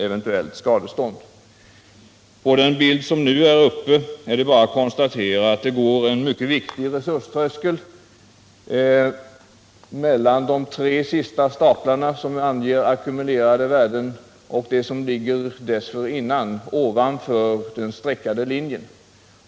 eventuella skadestånd. Beträffande den bild som nu visas är det bara att konstatera att det går en mycket viktig resurströskel mellan de tre sista staplarna som anger ackumulerade värden och de som ligger ovanför den streckade linjen.